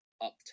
up